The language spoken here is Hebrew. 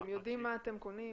אתם יודעים מה אתם קונים?